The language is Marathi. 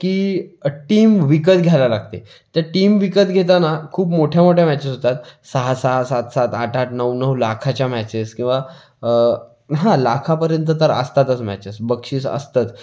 की टीम विकत घ्यायला लागते त्या टीम विकत घेताना खूप मोठ्या मोठ्या मॅचेस होतात सहा सहा सात सात आठ आठ नऊ नऊ लाखाच्या मॅचेस किंवा हां लाखापर्यंत तर असतातच मॅचेस बक्षीस असतंच